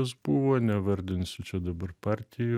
buvo nevardinsiu čia dabar partijų